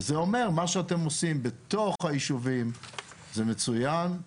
וזה אומר, מה שאתם עושים בתוך היישובים זה מצוין.